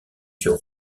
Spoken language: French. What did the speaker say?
sur